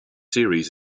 series